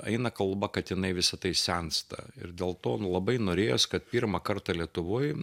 eina kalba kad jinai visą tai sensta ir dėl to labai norėjos kad pirmą kartą lietuvoj